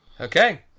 okay